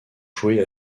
jouer